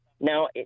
Now